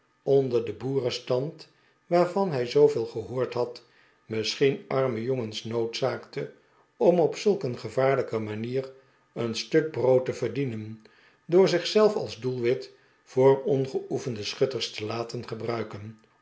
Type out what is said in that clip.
onder den boerenstand waarvan hij zooveel gehoord had misschien arme jongens noodzaakte om op zulk een gevaarlijke manier een stuk brood te verdienen door zich zelf als doelwit voor ongeoefende schuttcrs te laten gebruiken